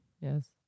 Yes